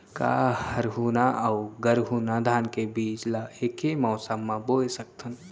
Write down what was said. का हरहुना अऊ गरहुना धान के बीज ला ऐके मौसम मा बोए सकथन?